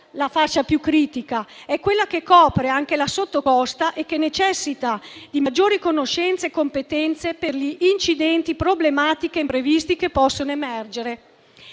la fascia più critica, poiché copre anche la sottocosta e necessita di maggiori conoscenze e competenze per incidenti, problematiche e imprevisti che possono emergere.